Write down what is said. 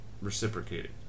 reciprocated